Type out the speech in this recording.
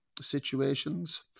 situations